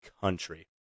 country